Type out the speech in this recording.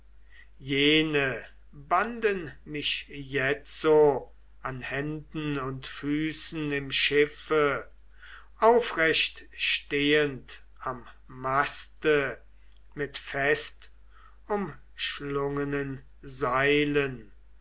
jene banden mich jetzo an händen und füßen im schiffe aufrecht stehend am maste mit festumschlungenen seilen